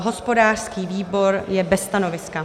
Hospodářský výbor je bez stanoviska.